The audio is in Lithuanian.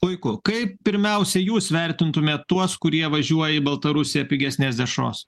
puiku kaip pirmiausia jūs vertintumėt tuos kurie važiuoja į baltarusiją pigesnės dešros